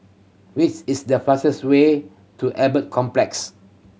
which is the fastest way to Albert Complex